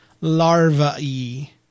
larvae